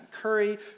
Curry